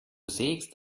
sägst